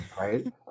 Right